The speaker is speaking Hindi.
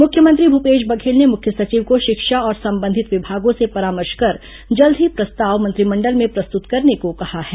मुख्यमंत्री भूपेश बघेल ने मुख्य सचिव को शिक्षा और संबंधित विभागों से परामर्श कर जल्द ही प्रस्ताव मंत्रिमंडल में प्रस्तुत करने को कहा है